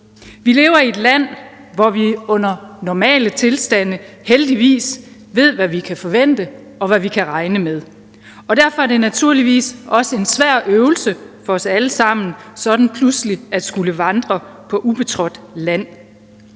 Vi lever i et land, hvor vi under normale tilstande heldigvis ved, hvad vi kan forvente, og hvad vi kan regne med, og derfor er det naturligvis også en svær øvelse for os alle sammen sådan pludselig at skulle vandre på ubetrådt land.